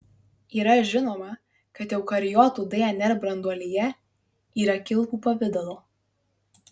yra žinoma kad eukariotų dnr branduolyje yra kilpų pavidalo